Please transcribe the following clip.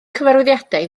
cyfarwyddiadau